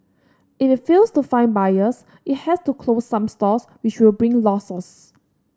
if it fails to find buyers it has to close some stores which will bring losses